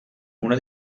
una